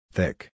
Thick